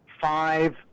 five